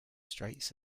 straits